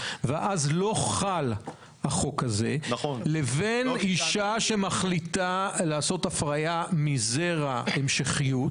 כן חשבת שצריך לתת מעמד של זכות ויצירת המשכיות